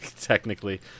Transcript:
technically